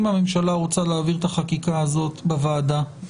אם הממשלה רוצה להעביר את החקיקה הזאת בוועדה,